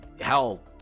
hell